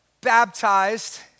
baptized